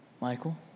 Michael